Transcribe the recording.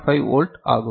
5 volt ஆகும்